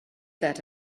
that